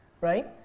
right